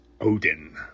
Odin